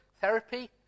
Therapy